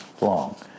long